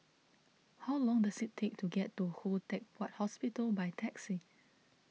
how long does it take to get to Khoo Teck Puat Hospital by taxi